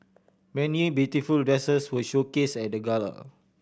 many beautiful dresses were showcase at the gala